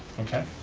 okay.